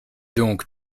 donc